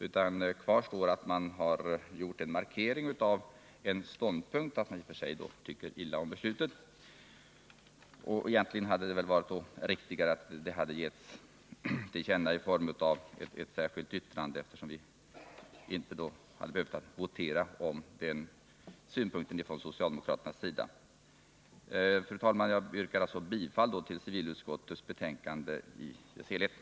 Kvar står då bara att man har gjort en markering av en ståndpunkt att man tycker illa om beslutet. Egentligen vore det riktigast att ge detta till känna i form av ett särskilt yttrande, eftersom vi då inte hade behövt votera om denna synpunkt från socialdemokraterna. Fru talman! Jag yrkar bifall till civilutskottets hemställan i alla delar.